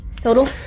total